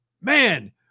man